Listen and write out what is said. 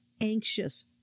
anxious